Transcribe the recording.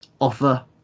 offer